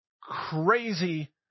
crazy